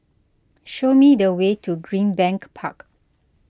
show me the way to Greenbank Park